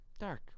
dark